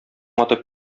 атып